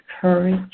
courage